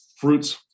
fruits